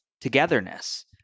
togetherness